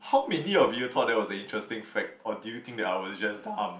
how many of you thought that was an interesting fact or did you think that I was just dumb